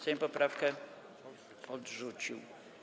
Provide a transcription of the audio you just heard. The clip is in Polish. Sejm poprawkę odrzucił.